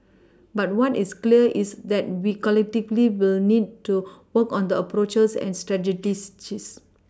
but what is clear is that we collectively will need to work on the approaches and